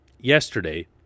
yesterday